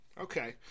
Okay